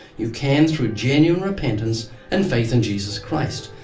you can through genuine repentance and faith in jesus christ.